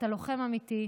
אתה לוחם אמיתי,